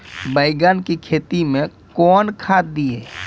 बैंगन की खेती मैं कौन खाद दिए?